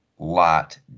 lot